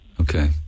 okay